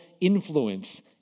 influence